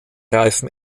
reifen